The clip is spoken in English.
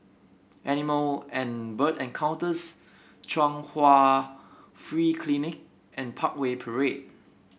Animal and Bird Encounters Chung Hwa Free Clinic and Parkway Parade